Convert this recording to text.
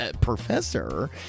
professor